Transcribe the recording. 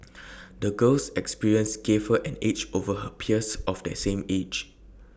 the girl's experiences gave her an edge over her peers of the same age